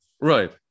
Right